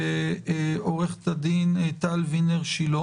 ממשרד הבריאות עו"ד טל וינר-שילה